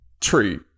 tree